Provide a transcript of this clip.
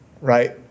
right